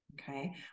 Okay